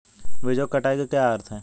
बीजों की कटाई का क्या अर्थ है?